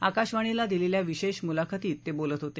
आकाशवाणीला दिलेल्या विशेष मुलाखतीत ते बोलत होते